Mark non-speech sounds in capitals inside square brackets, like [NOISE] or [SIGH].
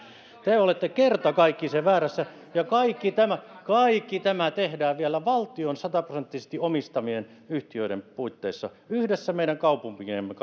te te olette kertakaikkisen väärässä ja kaikki tämä kaikki tämä tehdään vielä valtion sataprosenttisesti omistamien yhtiöiden puitteissa yhdessä meidän kaupunkiemme [UNINTELLIGIBLE]